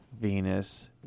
Venus